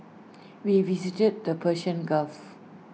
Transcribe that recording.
we visited the Persian gulf